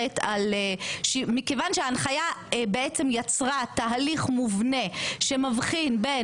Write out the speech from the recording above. מכיוון שההנחיה בעצם יצרה תהליך מובנה שמבחין בין